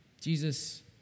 Jesus